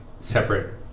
separate